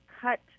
cut